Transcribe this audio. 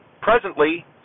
presently